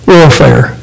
Warfare